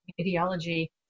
Ideology